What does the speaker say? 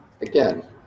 again